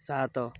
ସାତ